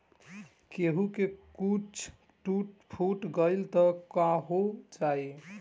केहू के कुछ टूट फुट गईल त काहो जाई